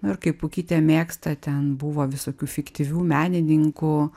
nu ir kaip pukytė mėgsta ten buvo visokių fiktyvių menininkų